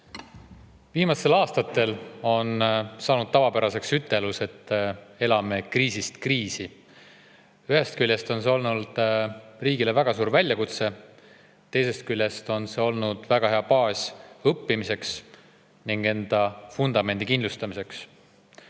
Viimastel aastatel on saanud tavapäraseks ütelus, et elame kriisist kriisi. Ühest küljest on see olnud riigile väga suur väljakutse, teisest küljest on see olnud väga hea baas õppimiseks ning enda vundamendi kindlustamiseks.